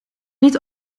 niet